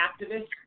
activist